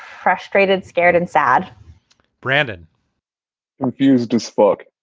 frustrated, scared and sad brandon refused this book